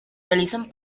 realizan